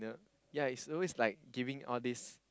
yeah it's always like giving all these